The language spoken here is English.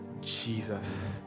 Jesus